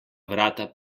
vrata